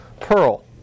Pearl